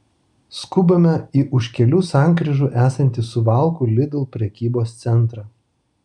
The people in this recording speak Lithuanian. skubame į už kelių sankryžų esantį suvalkų lidl prekybos centrą